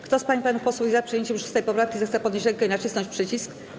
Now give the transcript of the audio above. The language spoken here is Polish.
Kto z pań i panów posłów jest za przyjęciem 6. poprawki, zechce podnieść rękę i nacisnąć przycisk.